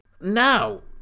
Now